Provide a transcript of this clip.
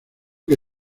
que